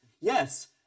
Yes